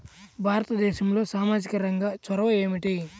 భారతదేశంలో సామాజిక రంగ చొరవ ఏమిటి?